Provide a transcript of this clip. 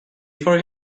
for